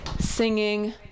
singing